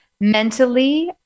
Mentally